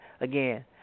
again